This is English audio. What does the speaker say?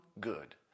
good